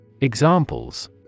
Examples